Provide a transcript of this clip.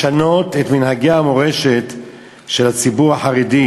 לשנות את מנהגי המורשת של הציבור החרדי,